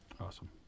Awesome